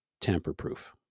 tamper-proof